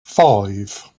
five